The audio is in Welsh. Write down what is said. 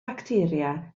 facteria